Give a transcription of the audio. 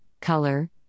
color